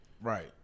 Right